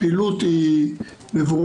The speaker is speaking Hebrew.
הפעילות היא מבורכת,